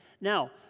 Now